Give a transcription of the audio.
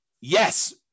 Yes